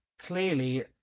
clearly